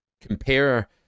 compare